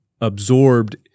absorbed